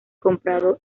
comprado